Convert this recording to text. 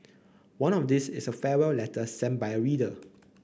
one of these is a farewell letter sent by a reader